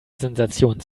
sensation